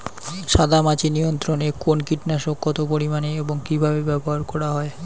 সাদামাছি নিয়ন্ত্রণে কোন কীটনাশক কত পরিমাণে এবং কীভাবে ব্যবহার করা হয়?